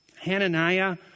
Hananiah